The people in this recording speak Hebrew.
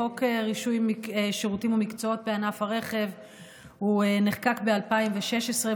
חוק רישוי שירותים ומקצועות בענף הרכב נחקק ב-2016,